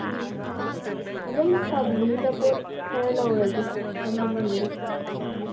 ꯎꯝ ꯑꯗꯨꯝ ꯇꯥꯕꯤꯅꯤꯗ ꯄꯣꯠ ꯈꯔ ꯂꯧꯔꯗꯤ ꯃꯃꯟꯗꯤ